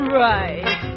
right